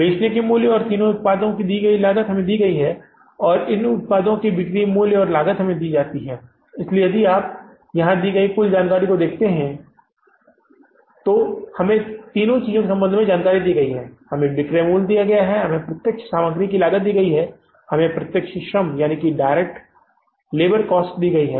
बेचने के मूल्य और तीन उत्पादों की लागत हमें दी जाती है इन उत्पादों की बिक्री मूल्य और लागत हमें दी जाती है इसलिए यदि आप हमें यहां दी गई कुल जानकारी को देखते हैं तो यह जानकारी हमें यहां दी गई है तीन चीजों के संबंध में जानकारी है हमें विक्रय मूल्य दिया जाता है जो प्रत्यक्ष सामग्री लागत हमें दी जाती है प्रत्यक्ष श्रम लागत हमें दी जाती है